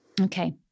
okay